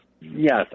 yes